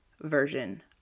version